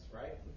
right